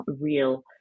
real